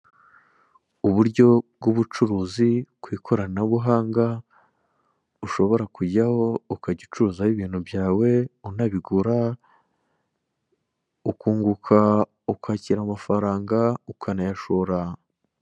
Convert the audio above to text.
Uburyo bw'ubucuruzi ku ikoranabuhanga ushobora kujyaho ukajya ucuruzaho ibintu byawe unabigura ukunguka, ukakira amafaranga, ukanayashora.